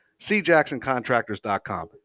cjacksoncontractors.com